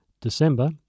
December